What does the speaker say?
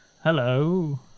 Hello